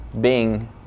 Bing